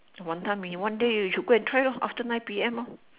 wanton-mee one day you should go and try lor after nine P M hor